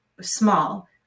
small